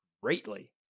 greatly